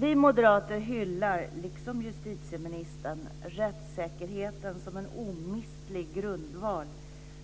Vi moderater hyllar, liksom justitieministern, rättssäkerheten som en omistlig grundval